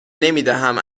نمیدهم